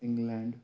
England